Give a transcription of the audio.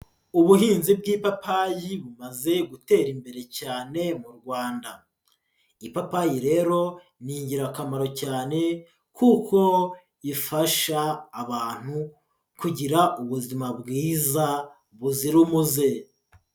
Ubuhinzi bw'ipapayi bumaze gutera imbere cyane mu Rwanda, ipapayi rero ni ingirakamaro cyane kuko ifasha abantu kugira ubuzima bwiza buzira umuze.